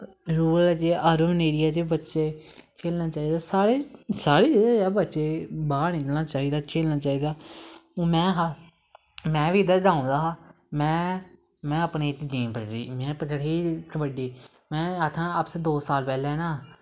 rural ते urban area च बच्चे खेलनां चाही दा साढ़े जेह् बच्चे गी बाह्र निकलना चाही दा खेलनां चाही दा हून में हा में बी इध्दर गांव दा हा में अपनीं इक गेम पकड़ी में पकड़ी कबड्डी में दो साल पैह्लैं ना में